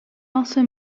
also